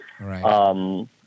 Right